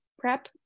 prep